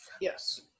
Yes